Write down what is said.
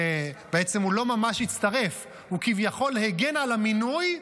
בעצם הוא לא ממש הצטרף, הוא כביכול הגן על המינוי,